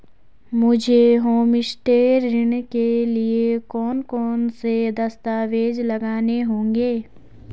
मुझे होमस्टे ऋण के लिए कौन कौनसे दस्तावेज़ लगाने होंगे?